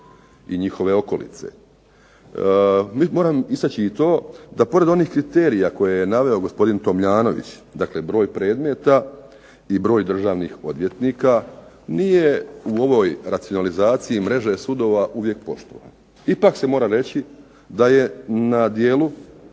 i njihove okolice. Moram istaći i to da pored onih kriterija koje je naveo gospodin Tomljanović, dakle broj predmeta i broj državnih odvjetnika nije u ovoj racionalizacije mreže sudova uvijek poštovan. Ipak se mora reći da je na djelu